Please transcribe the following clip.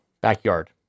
Backyard